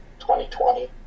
2020